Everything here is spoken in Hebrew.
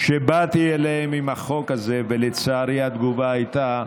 שבאתי אליהם עם החוק הזה, ולצערי התגובה הייתה: